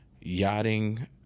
Yachting